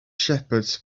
shepherds